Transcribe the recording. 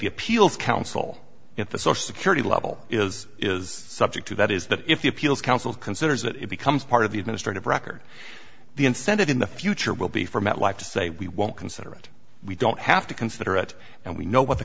the appeals council at the social security level is is subject to that is that if the appeals council considers that it becomes part of the administrative record the incentive in the future will be for met life to say we won't consider it we don't have to consider it and we know what the